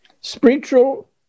spiritual